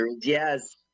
yes